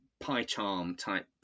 PyCharm-type